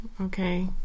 okay